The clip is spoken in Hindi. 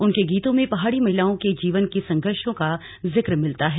उनके गीतों में पहाड़ी महिलाओं के जीवन में संघर्षो को जिक्र मिलता है